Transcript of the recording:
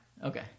Okay